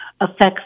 affects